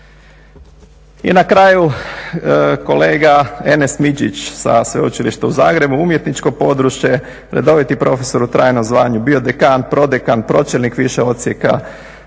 I na kraju kolega Enes Midžić sa Sveučilišta u Zagrebu. Umjetničko područje, redoviti profesor u trajnom zvanju. Bio dekan, profekan, pročelnik više odsjeka